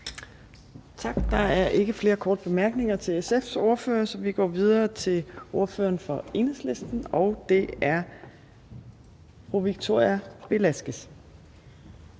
Tak. Der er ikke flere korte bemærkninger til SF's ordfører. Vi går videre til ordføreren for Enhedslisten, og det er fru Victoria Velasquez.